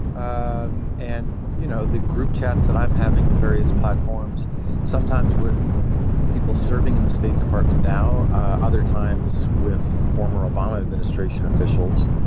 um and you know the group chats that i'm having in various platforms sometimes with people serving in the state department now ah other times with former obama administration officials.